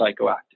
psychoactive